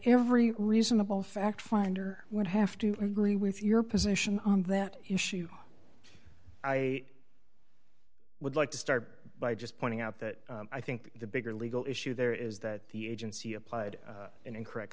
every reasonable fact finder would have to agree with your position on that issue i i would like to start by just pointing out that i think the bigger legal issue there is that the agency applied in correct